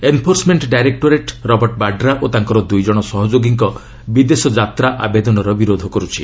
enforcement directorate Robert Vadra ଓ ତାଙ୍କର ଦୁଇ ଜଣ ସହଯୋଗୀଙ୍କ ବିଦେଶ ଯାତ୍ରା ଆବେଦନର ବିରୋଧ କରୁଛି